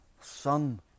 son